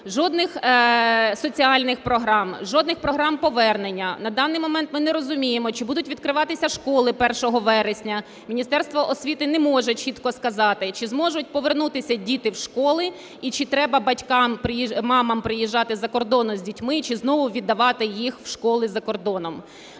Жодних соціальних програм, жодних програм повернення. На даний ми не розуміємо, чи будуть відкриватися школи 1 вересня. Міністерство освіти не може чітко сказати, чи зможуть повернутися діти в школи, і чи треба батькам, мамам приїжджати з-за кордону з дітьми, чи знову віддавати їх в школи за кордоном.